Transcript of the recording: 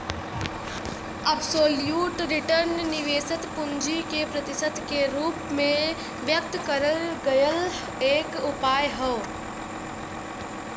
absolute return निवेशित पूंजी के प्रतिशत के रूप में व्यक्त करल गयल एक उपाय हौ